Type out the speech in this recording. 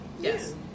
Yes